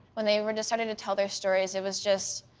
when they were just starting to tell their stories, it was just